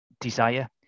desire